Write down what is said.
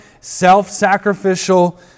Self-sacrificial